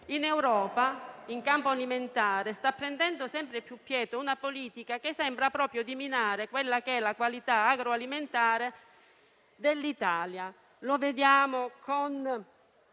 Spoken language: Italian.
In Europa, in campo alimentare, sta prendendo sempre più piede una politica che sembra proprio minare la qualità agroalimentare dell'Italia. Lo vediamo con